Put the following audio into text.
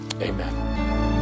Amen